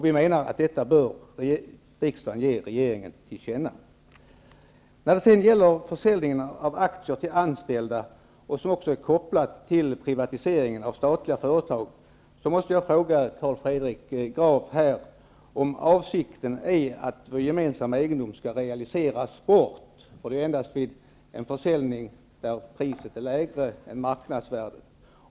Vi menar att riksdagen bör ge regeringen detta till känna. När det gäller försäljningen av aktier till anställda, vilken också är kopplad till privatiseringen av statliga företag, måste jag fråga Carl Fredrik Graf om avsikten är att vår gemensamma egendom skall realiseras bort. Detta blir fallet endast vid en försäljning där priset är lägre än marknadsvärdet.